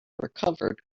recovered